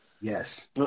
yes